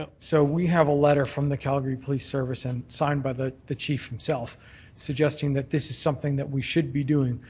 um so we have a letter from the calgary police service and signed by the the chief himself suggesting that this is something that we should be doing.